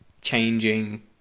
changing